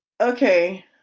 Okay